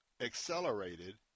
accelerated